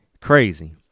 crazy